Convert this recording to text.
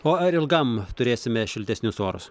o ar ilgam turėsime šiltesnius orus